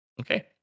Okay